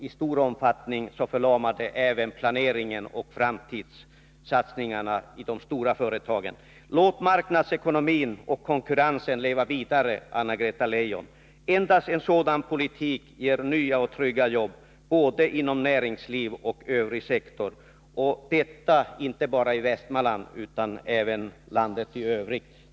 I stor omfattning förlamar det även planeringen och framtidssatsningarna i de stora företagen. Låt marknadsekonomin och konkurrensen leva vidare, Anna-Greta Leijon! Endast en sådan politik ger nya och trygga jobb inom både näringslivet och övriga sektorer, inte bara i Västmanland utan även i landet i övrigt.